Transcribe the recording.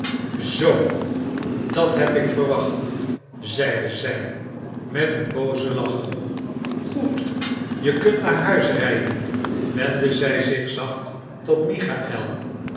zoo dat heb ik verwacht zeide zij met een boozen lach goed je kunt naar huis rijden wendde zij zich zacht tot michaël